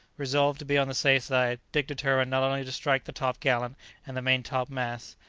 resolved to be on the safe side, dick determined not only to strike the top-gallant and the main-top-mast,